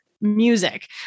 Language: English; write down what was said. music